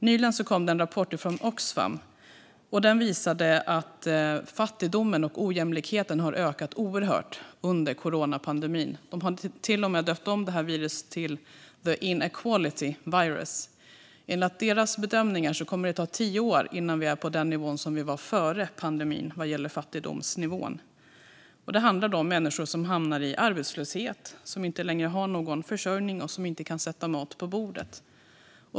Nyligen kom en rapport från Oxfam som visade att fattigdomen och ojämlikheten har ökat oerhört under coronapandemin. De hade till och med döpt om detta virus till the inequality virus. Enligt deras bedömningar kommer det att ta tio år innan vi är på den fattigdomsnivå som vi var på före pandemin. Det handlar om människor som hamnar i arbetslöshet, som inte längre har någon försörjning och som inte kan sätta mat på bordet.